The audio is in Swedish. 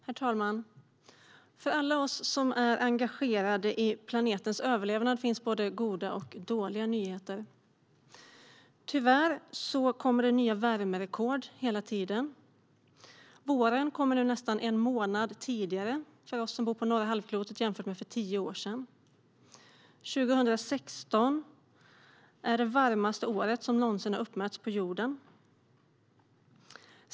Herr ålderspresident! För alla oss som är engagerade i planetens överlevnad finns både goda och dåliga nyheter. Tyvärr kommer det nya värmerekord hela tiden. Våren kommer nu nästan en månad tidigare hos oss på norra halvklotet jämfört med för tio år sedan. År 2016 var det varmaste året som någonsin uppmätts på jorden.